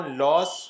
loss